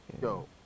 Yo